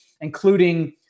including